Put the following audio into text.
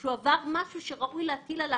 או שהוא עבר משהו שראוי להטיל עליו